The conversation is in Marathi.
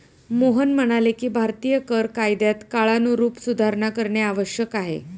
मोहन म्हणाले की भारतीय कर कायद्यात काळानुरूप सुधारणा करणे आवश्यक आहे